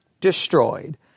destroyed